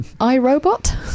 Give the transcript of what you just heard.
iRobot